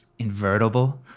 invertible